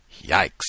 yikes